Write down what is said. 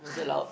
was that loud